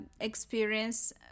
experience